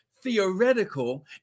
theoretical